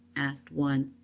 asked one.